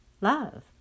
love